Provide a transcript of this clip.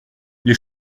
les